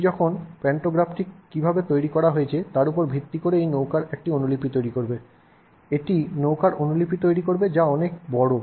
এটি তখন প্যান্টোগ্রাফটি কীভাবে তৈরি করা হয়েছে তার উপর ভিত্তি করে এই নৌকার একটি অনুলিপি তৈরি করবে এটি নৌকার অনুলিপি তৈরি করবে যা অনেক বড়